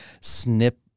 snip